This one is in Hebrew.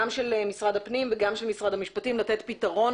גם של משרד הפנים וגם של משרד המשפטים לתת פתרון